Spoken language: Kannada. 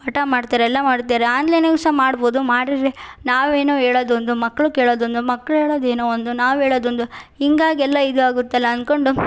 ಪಾಠ ಮಾಡ್ತಾರೆ ಎಲ್ಲ ಮಾಡ್ತಾರೆ ಆನ್ಲೈನಾಗು ಸಹ ಮಾಡ್ಬೋದು ಮಾಡಿದ್ರೆ ನಾವೇನೋ ಹೇಳೊದೊಂದು ಮಕ್ಕಳು ಕೇಳೊದೊಂದು ಮಕ್ಳು ಹೇಳೋದ್ ಏನೋ ಒಂದು ನಾವು ಹೇಳೋದೊಂದು ಹೀಗಾಗ್ ಎಲ್ಲ ಇದು ಆಗುತ್ತಲ್ಲ ಅನ್ಕೊಂಡು